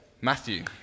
Matthew